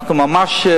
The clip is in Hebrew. אנחנו ממש,